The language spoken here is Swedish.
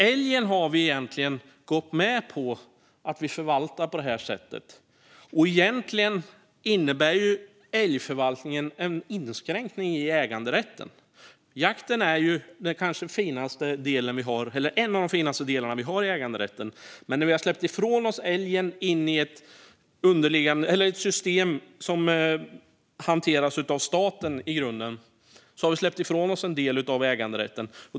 Älgen har vi gått med på att förvalta på det här sättet, men egentligen innebär älgförvaltningen en inskränkning i äganderätten. Jakten är en av de finaste delarna vi har i äganderätten, men när vi har släppt ifrån oss älgen in i ett system som i grunden hanteras av staten har vi släppt ifrån oss en del av äganderätten.